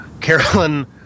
Carolyn –